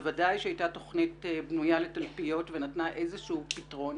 בוודאי שהייתה תוכנית בנויה לתלפיות ונתנה איזשהו פתרון